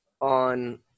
on